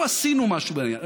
אנחנו עשינו משהו בעניין.